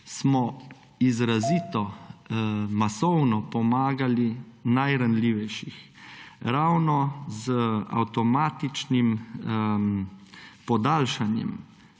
Izrazito smo masovno pomagali najranljivejšim ravno z avtomatičnim podaljšanjem